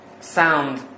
sound